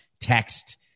text